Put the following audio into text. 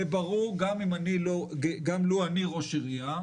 זה ברור גם לו אני ראש עירייה,